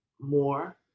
more